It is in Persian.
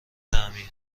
تعمیر